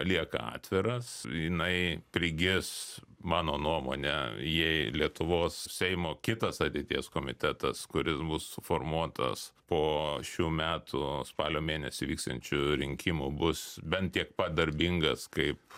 lieka atviras jinai prigis mano nuomone jei lietuvos seimo kitas ateities komitetas kuris bus suformuotas po šių metų spalio mėnesį vyksiančių rinkimų bus bent tiek pat darbingas kaip